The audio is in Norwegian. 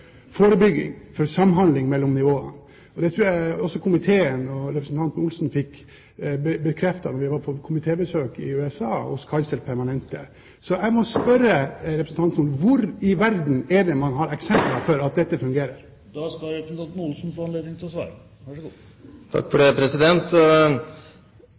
forebygging, for samhandling mellom nivåene. Det tror jeg komiteen og representanten Olsen fikk bekreftet da vi var på komitébesøk hos Kaiser Permanente i USA. Jeg må spørre representanten: Hvor i verden har han eksempler på at dette fungerer? Det er slik at selv om representanten